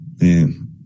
Man